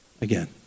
again